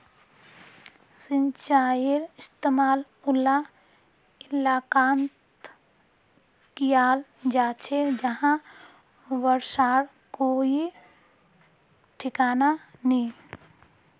सिंचाईर इस्तेमाल उला इलाकात कियाल जा छे जहां बर्षार कोई ठिकाना नी